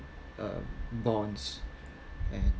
uh bonds and